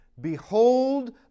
Behold